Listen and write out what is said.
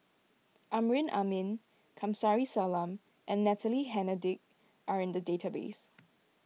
Amrin Amin Kamsari Salam and Natalie Hennedige are in the database